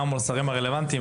גם מול השרים הרלוונטיים.